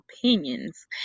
opinions